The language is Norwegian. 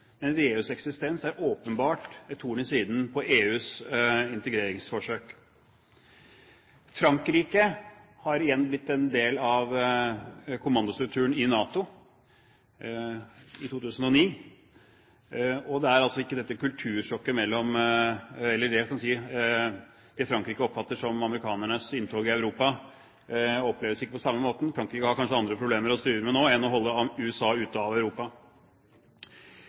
men VEUs eksistens er åpenbart et horn i siden på EUs integreringsforsøk. Frankrike har igjen blitt en del av kommandostrukturen i NATO i 2009, og det er ikke dette kultursjokket her, for det Frankrike oppfatter som amerikanernes inntog i Europa, oppleves ikke på samme måte. Frankrike har kanskje andre problemer å styre med nå enn å holde USA ute av Europa.